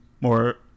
more